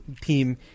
team